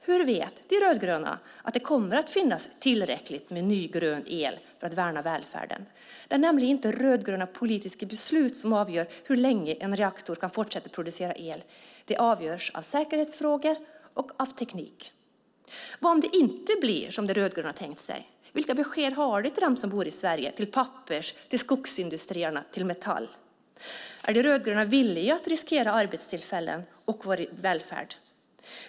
Hur vet De rödgröna att det kommer att finnas tillräckligt med ny, grön el för att värna välfärden? Det är nämligen inte rödgröna politiska beslut som avgör hur länge en reaktor kan fortsätta att producera el. Det avgörs av säkerhetsfrågor och teknik. Vad gör man om det inte blir som De rödgröna tänkt sig? Vilka besked har de till dem som bor i Sverige, till Pappers, till skogsindustrierna och till Metall? Är De rödgröna villiga att riskerar arbetstillfällen och vår välfärd?